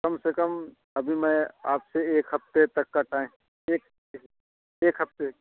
कम से कम अभी मैं आपसे एक हफ्ते तक का टाइम एक हफ्ते